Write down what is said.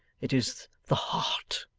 it is the heart.